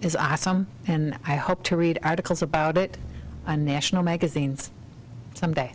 is awesome and i hope to read articles about it on national magazines some day